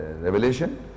revelation